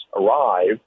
arrive